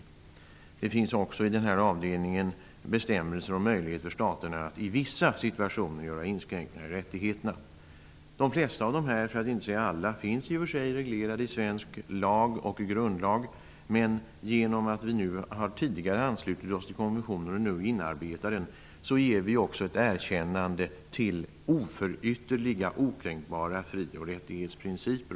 Det finns också under denna avdelning bestämmelser om möjlighet för staterna att i vissa situationer göra inskränkningar i rättigheterna. De flesta för att inte säga alla av dessa rättigheter finns i och för sig reglerade i svensk lag och grundlag. Genom att vi tidigare har anslutit oss till konventionen och nu inarbetar den erkänner vi också oförytterliga, okränkbara fri och rättighetsprinciper.